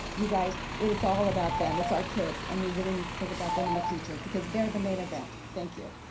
you guys, it is all about them, it's our kids. and we really need to think about them in the future because they're the main event. thank you.